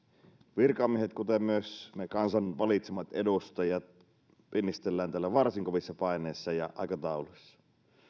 virkamiehet kuten myös me kansan valitsemat edustajat pinnistelevät täällä varsin kovissa paineissa ja aikatauluissa